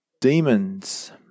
Demons